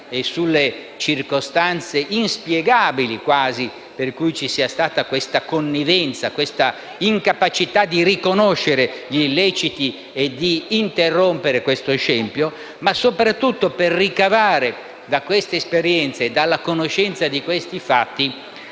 e sulle circostanze, quasi inspiegabili, per cui c'è stata questa connivenza e questa incapacità di riconoscere gli illeciti e di interrompere questo scempio, ma che possa soprattutto ricavare, da queste esperienze e dalla conoscenza di questi fatti,